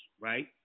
Right